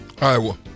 Iowa